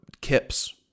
kips